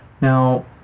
Now